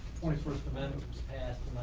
twenty first amendment was passed